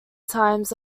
times